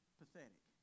pathetic